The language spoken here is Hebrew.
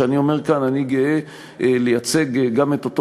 שאני אומר כאן: אני גאה לייצג גם את אותו